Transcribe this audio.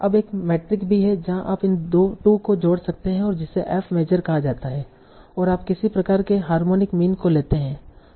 अब एक मेट्रिक भी है जहाँ आप इन 2 को जोड़ सकते हैं और जिसे f मेजर कहा जाता है और आप किसी प्रकार के हार्मोनिक मीन को लेते है